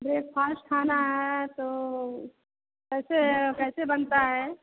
breakfast खाना है तो कैसे कैसे बनता है